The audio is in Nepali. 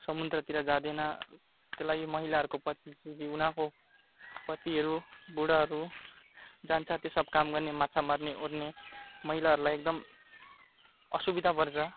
समुद्रतिर जाँदैन त्यो लागि महिलाहरूको उनीहरूको पतिहरू बुढाहरू जान्छ त्यो सब काम गर्ने माछा मार्ने ओर्ने महिलाहरूलाई एकदम असुविधा पर्छ